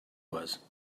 was